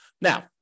now